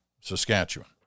Saskatchewan